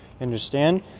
understand